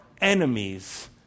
enemies